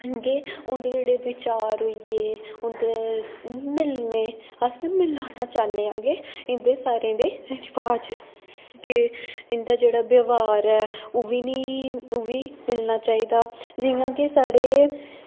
मतलब के उं'दे जेह्ड़े बिचार होई गे उं'दे मिलने अस मिलाना चाह्न्ने आं के इं'दे सारें दे रिवाज़ के इं'दा जेह्ड़ा व्यावहार ऐ ओह् बी ओह् बी मिलना चाहिदा जियां के साढ़े